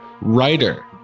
writer